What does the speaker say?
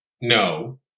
No